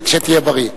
שתהיה בריא.